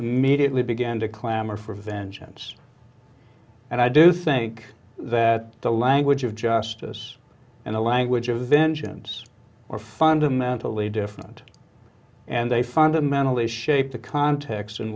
immediately began to clamor for vengeance and i do think that the language of justice and the language of vengeance are fundamentally different and they fundamentally shape the context in